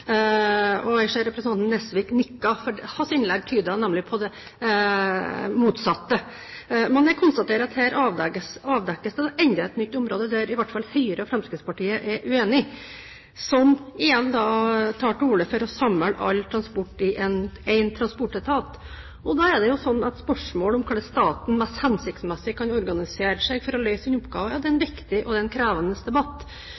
ta. Jeg ser representanten Nesvik nikker, for hans innlegg tydet nemlig på det motsatte. Men jeg konstaterer at her avdekkes det enda et nytt område der i hvert fall Høyre og Fremskrittspartiet er uenige. Høyre tar til orde for å samle all transport i én transportetat. Da blir spørsmålet om hvordan staten mest hensiktsmessig kan organisere seg for å løse den oppgaven, en viktig og krevende debatt, og det er